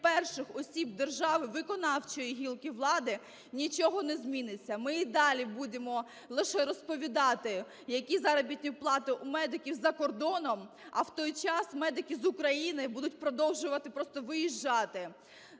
перших осіб держави, виконавчої гілки влади, нічого не зміниться, ми і далі будемо лише розповідати, які заробітні плати у медиків за кордоном, а в той час медики з України будуть продовжувати просто виїжджати.